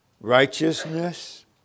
Righteousness